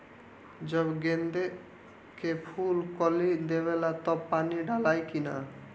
जब गेंदे के फुल कली देवेला तब पानी डालाई कि न?